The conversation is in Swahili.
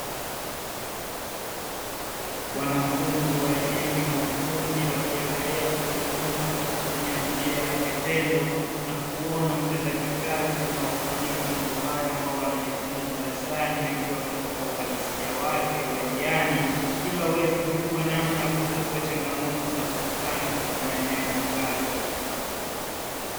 Wanafunzi wa elimu ya ufundi wakiendelea kujifunza kwa kutumia njia ya vitendo na kuona utendaji kazi unavyofanyika. Mambo hayo ambayo wanajifunza darasani yakiwa katika uhalisia wake uraiani, ili waweze kujua namna ya kutatua changamoto zinazopatikana katika maeneo ya kazi.